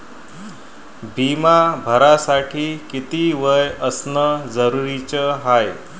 बिमा भरासाठी किती वय असनं जरुरीच हाय?